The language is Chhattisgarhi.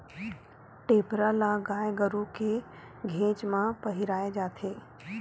टेपरा ल गाय गरु के घेंच म पहिराय जाथे